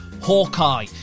Hawkeye